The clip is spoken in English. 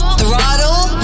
throttle